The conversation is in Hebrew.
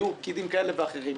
היו פקידים כאלה ואחרים.